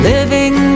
Living